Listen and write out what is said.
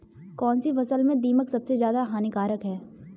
कौनसी फसल में दीमक सबसे ज्यादा हानिकारक है?